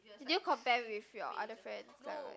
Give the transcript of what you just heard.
did you compare with your other friends